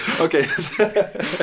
Okay